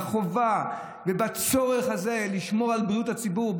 החובה והצורך הזה לשמור על בריאות הציבור,